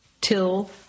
till